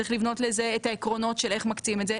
צריך לבנות את העקרונות של איך מקצים את זה?